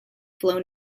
flow